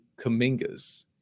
Kamingas